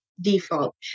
default